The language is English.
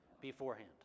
beforehand